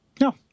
No